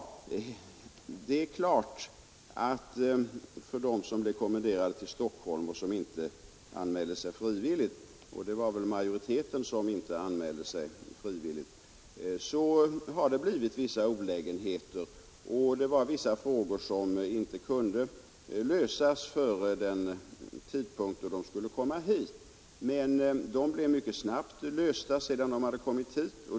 Det är klart att för dem som blev kommenderade till Stockholm och som inte anmälde sig frivilligt — och det var väl majoriteten som inte gjorde det — har det uppstått vissa olägenheter. Det var vissa frågor som inte kunde lösas före den tidpunkt då de skulle komma till Stockholm. Men de frågorna blev mycket snabbt lösta sedan vederbörande kommit hit.